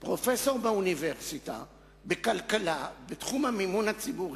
פרופסור באוניברסיטה בכלכלה בתחום המימון הציבורי,